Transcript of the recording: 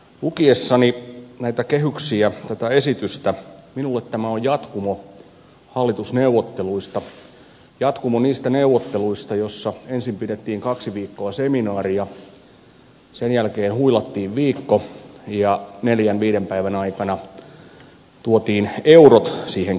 lukiessani näitä kehyksiä tätä esitystä minulle tämä on jatkumo hallitusneuvotteluista jatkumo niistä neuvotteluista joissa ensin pidettiin kaksi viikkoa seminaaria sen jälkeen huilattiin viikko ja neljän viiden päivän aikana tuotiin eurot siihen kylkeen